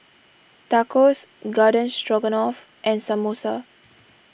Tacos Garden Stroganoff and Samosa